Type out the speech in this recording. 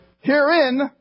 Herein